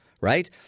right